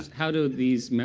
how do these